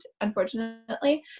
unfortunately